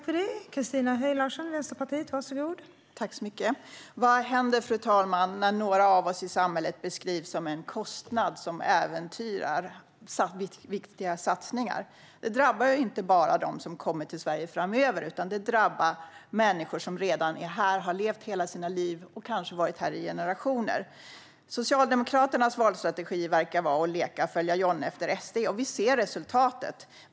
Fru talman! Vad händer när några av oss i samhället beskrivs som en kostnad som äventyrar viktiga satsningar? Det drabbar inte bara dem som kommer till Sverige framöver, utan det drabbar människor som redan är här, som har levt hela sina liv här och som kanske har varit här i generationer. Socialdemokraternas valstrategi verkar vara att leka följa John efter SD. Vi ser resultatet.